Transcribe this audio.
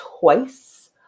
twice